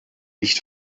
nicht